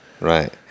Right